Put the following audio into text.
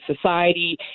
society